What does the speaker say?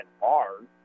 hard